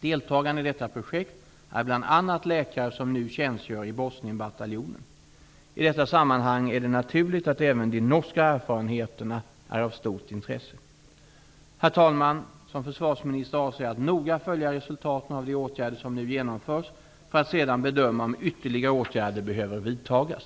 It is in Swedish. Deltagande i detta projekt är bl.a. läkare som nu tjänstgör i Bosnienbataljonen. I detta sammanhang är naturligtvis även de norska erfarenheterna av stort intresse. Herr talman! Som försvarsminister avser jag att noga följa resultaten av de åtgärder som nu genomförs för att sedan bedöma om ytterligare åtgärder behöver vidtas.